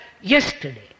yesterday